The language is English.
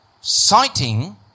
citing